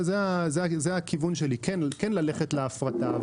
זה הכיוון שלי כן ללכת להפרטה.